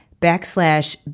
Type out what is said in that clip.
backslash